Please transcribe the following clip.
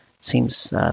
seems